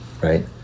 right